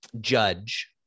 judge